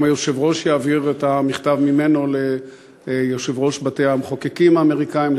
גם היושב-ראש יעביר את המכתב ממנו ליושב-ראש בתי-המחוקקים האמריקניים,